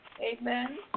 Amen